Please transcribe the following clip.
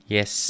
Yes